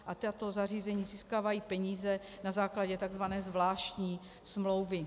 A tato zařízení získávají peníze na základě takzvané zvláštní smlouvy.